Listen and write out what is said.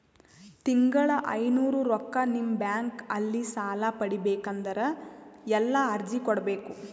ತಿಂಗಳ ಐನೂರು ರೊಕ್ಕ ನಿಮ್ಮ ಬ್ಯಾಂಕ್ ಅಲ್ಲಿ ಸಾಲ ಪಡಿಬೇಕಂದರ ಎಲ್ಲ ಅರ್ಜಿ ಕೊಡಬೇಕು?